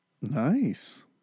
Nice